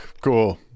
Cool